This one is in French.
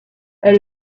elle